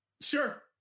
Sure